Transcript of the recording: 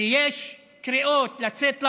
ויש קריאות לצאת לרחובות,